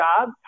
job